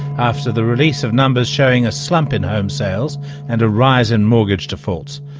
after the release of numbers showing a slump in home sales and a rise in mortgage defaults.